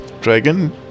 Dragon